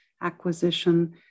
acquisition